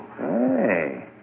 Hey